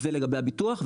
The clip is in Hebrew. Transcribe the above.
זה לגבי הביטוח,